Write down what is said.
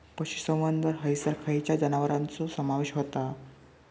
पशुसंवर्धन हैसर खैयच्या जनावरांचो समावेश व्हता?